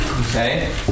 Okay